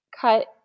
cut